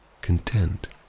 content